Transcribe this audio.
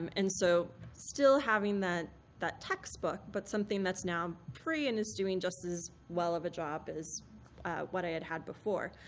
um and so still having that that text book, but something that's now free, and it's doing just as well of a job as what i had had before.